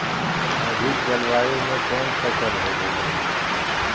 अधिक जलवायु में कौन फसल होबो है?